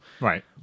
Right